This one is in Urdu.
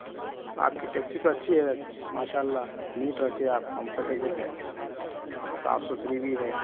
آپ کی ٹیکسی تو اچھی ہے ویسے ماشاء اللہ نیٹ رکھی ہیں آپ کمفرٹیبل ہے صاف ستھری بھی ہے